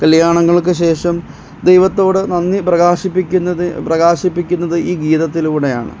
കല്യാണങ്ങൾക്ക് ശേഷം ദൈവത്തോട് നന്ദി പ്രകാശിപ്പിക്കുന്നത് പ്രകാശിപ്പിക്കുന്നത് ഈ ഗീതത്തിലൂടെ ആണ്